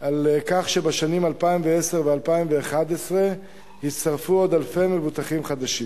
על כך שבשנים 2010 ו-2011 הצטרפו עוד אלפי מבוטחים חדשים.